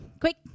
quick